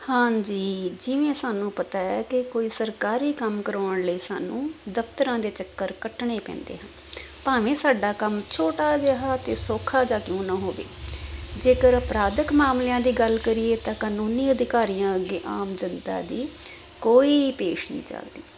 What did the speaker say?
ਹਾਂਜੀ ਜਿਵੇਂ ਸਾਨੂੰ ਪਤਾ ਹੈ ਕਿ ਕੋਈ ਸਰਕਾਰੀ ਕੰਮ ਕਰਾਉਣ ਲਈ ਸਾਨੂੰ ਦਫ਼ਤਰਾਂ ਦੇ ਚੱਕਰ ਕੱਟਣੇ ਪੈਂਦੇ ਹਨ ਭਾਵੇਂ ਸਾਡਾ ਕੰਮ ਛੋਟਾ ਜਿਹਾ ਅਤੇ ਸੌਖਾ ਜਿਹਾ ਕਿਉਂ ਨਾ ਹੋਵੇ ਜੇਕਰ ਅਪਰਾਧਕ ਮਾਮਲਿਆਂ ਦੀ ਗੱਲ ਕਰੀਏ ਤਾਂ ਕਾਨੂੰਨੀ ਅਧਿਕਾਰੀਆਂ ਅੱਗੇ ਆਮ ਜਨਤਾ ਦੀ ਕੋਈ ਪੇਸ਼ ਨਹੀਂ ਚਲਦੀ